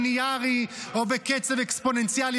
-- להשגת יעדי המלחמה בקצב לינארי או בקצב אקספוננציאלי,